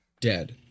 dead